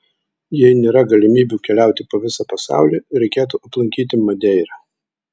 jei nėra galimybių keliauti po visą pasaulį reikėtų aplankyti madeirą